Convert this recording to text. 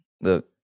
look